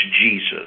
Jesus